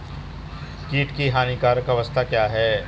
कीट की हानिकारक अवस्था क्या है?